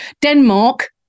Denmark